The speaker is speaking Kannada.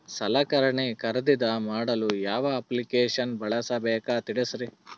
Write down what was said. ಸಲಕರಣೆ ಖರದಿದ ಮಾಡಲು ಯಾವ ಮೊಬೈಲ್ ಅಪ್ಲಿಕೇಶನ್ ಬಳಸಬೇಕ ತಿಲ್ಸರಿ?